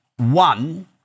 One